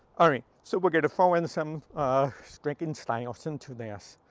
all right. so we're gonna throw in some striking styles into this.